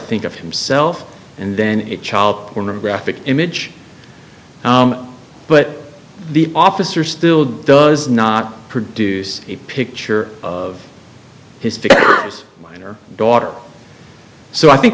think of himself and then a child porn and graphic image but the officer still does not produce a picture of his minor daughter so i think